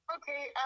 Okay